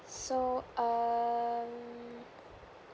so um